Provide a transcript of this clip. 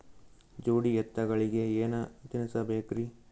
ಜೋಡಿ ಎತ್ತಗಳಿಗಿ ಏನ ತಿನಸಬೇಕ್ರಿ?